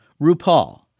RuPaul